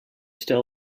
still